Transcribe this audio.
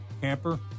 camper